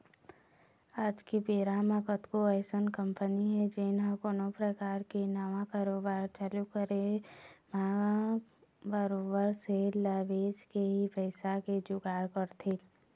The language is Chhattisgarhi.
आज के बेरा म कतको अइसन कंपनी हे जेन ह कोनो परकार के नवा कारोबार चालू करे म बरोबर सेयर ल बेंच के ही पइसा के जुगाड़ करथे